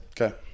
Okay